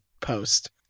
post